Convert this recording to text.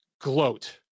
Gloat